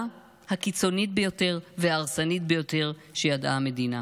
הקיצונית ביותר וההרסנית ביותר שידעה המדינה.